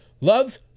loves